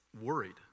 worried